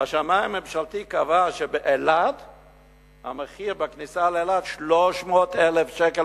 השמאי הממשלתי קבע שמחיר הכניסה באילת הוא 300,000 שקל,